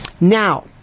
Now